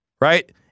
right